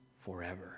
Forever